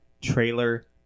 Trailer